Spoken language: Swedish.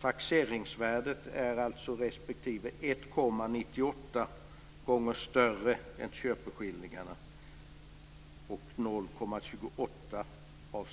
Taxeringsvärdet kan alltså vara 1,98 gånger större än köpeskillingen och 0,28 av